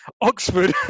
Oxford